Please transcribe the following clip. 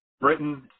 Britain